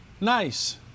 Nice